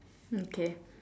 okay